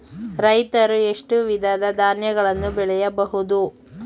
ರೈತರು ಎಷ್ಟು ವಿಧದ ಧಾನ್ಯಗಳನ್ನು ಬೆಳೆಯಬಹುದು?